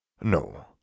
No